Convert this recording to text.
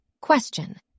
Question